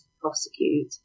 prosecute